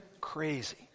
crazy